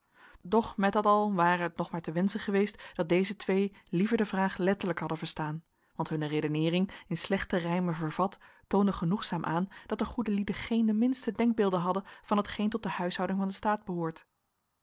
doch met dat al ware het nog maar te wenschen geweest dat deze twee liever de vraag letterlijk hadden verstaan want hunne redeneering in slechte rijmen vervat toonde genoegzaam aan dat de goede lieden geen de minste denkbeelden hadden van hetgeen tot de huishouding van den staat behoort